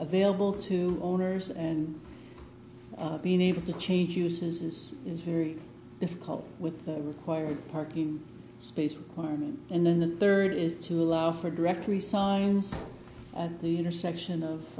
available to owners and being able to change uses is very difficult with required parking space requirement and then the third is to allow for directory signs the intersection of